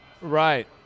Right